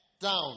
down